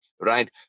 right